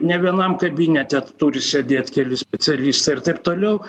ne vienam kabinete turi sėdėt keli specialistai ir taip toliau